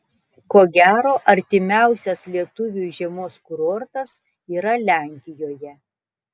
ko gero artimiausias lietuviui žiemos kurortas yra lenkijoje